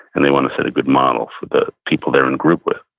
and they want to set a good model for the people they're in group with.